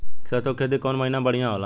सरसों के खेती कौन महीना में बढ़िया होला?